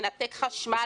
מנתק חשמל,